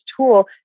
tool